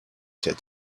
said